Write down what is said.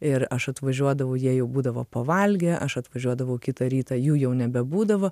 ir aš atvažiuodavau jie jau būdavo pavalgę aš atvažiuodavau kitą rytą jų jau nebebūdavo